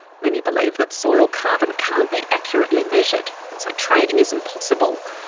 many believe that soil carbon can't be accurately measured, and so trading is impossible.